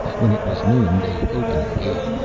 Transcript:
when it was noon they opened the gate,